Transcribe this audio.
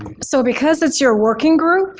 so because it's your working group,